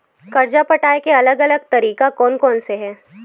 कर्जा पटाये के अलग अलग तरीका कोन कोन से हे?